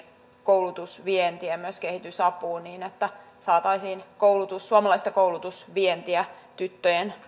koulutusvientiä myös kehitysapuun niin että saataisiin suomalaista koulutusvientiä tyttöjen